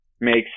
makes